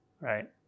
right